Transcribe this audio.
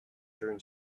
turn